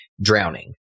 drowning